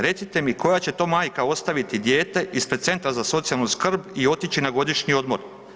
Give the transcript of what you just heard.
Recite mi, koja će to majka ostaviti dijete ispred Centra za socijalnu skrb i otići na godišnji odmor.